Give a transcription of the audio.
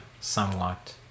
somewhat